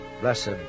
Blessed